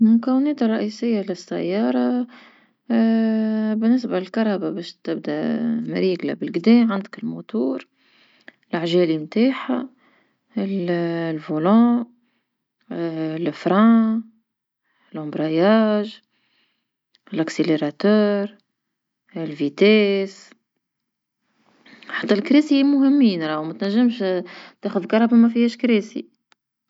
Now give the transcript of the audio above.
مكونات الرئيسية لسيارة بالنسبة للكرهبةباش تبدا مريقلا بلقدا عندك المحرك لعجالي متعها مقود المكابح الواصل اسريع، حتى لكراسي مهمين راهم ما تنجمش تاخذ كرهبة ما فيهاش لكراسي.